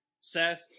Seth